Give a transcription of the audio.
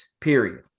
period